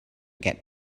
get